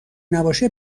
نباشه